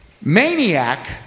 maniac